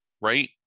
right